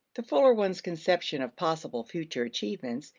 the fuller one's conception of possible future achievements,